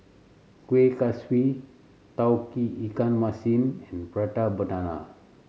Kueh Kaswi Tauge Ikan Masin and Prata Banana